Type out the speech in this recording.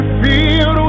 feel